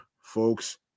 folks